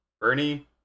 Bernie